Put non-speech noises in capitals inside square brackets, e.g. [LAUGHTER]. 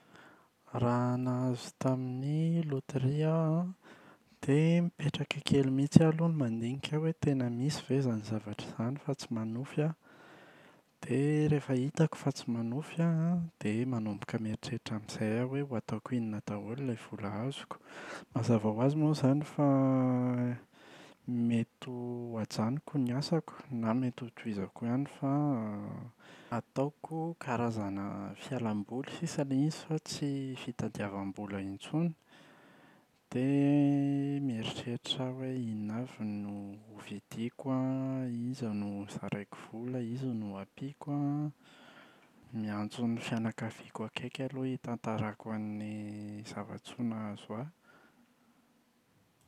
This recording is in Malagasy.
Raha nahazo tamin’ny loteria aho an dia mipetraka kely mihitsy aloha mandinika hoe tena misy ve izany zavatra izany fa tsy manofy aho. Dia rehefa hitako fa tsy manofy aho an dia manomboka miheritreritra amin’izay aho hoe ho ataoko inona daholo ilay vola azoko. Mazava ho azy moa izany fa [HESITATION] mety ho hajanoko ny asako na mety ho tohizako ihany fa [HESITATION] ataoko karazana fialam-boly sisa ilay izy fa tsy fitadiavam-bola intsony. Dia [HESITATION] mieritreritra aho hoe inona avy no hovidiako an, iza no hozaraiko vola, iza no ho ampiako an. Miantso ny fianakaviako akaiky aho aloha hitantarako ny zava-tsoa nahazo ahy.